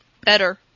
better